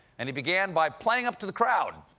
and he began by playing up to the crowd.